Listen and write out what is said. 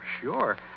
sure